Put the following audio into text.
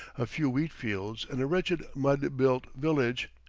a few wheat-fields and a wretched mud-built village,